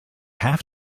have